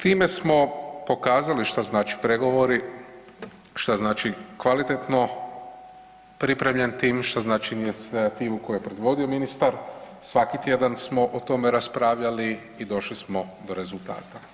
Time smo pokazali šta znači pregovori, šta znači kvalitetno pripravljen tim, šta znači inicijativu koju je predvodio ministar, svaki tjedan smo o tome raspravljali i došli smo do rezultata.